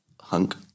hunk